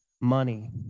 money